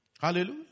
Hallelujah